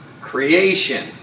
Creation